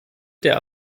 der